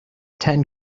ten